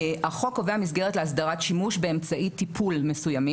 "החוק קובע מסגרת להסדרת שימוש באמצעי טיפול מסוימים,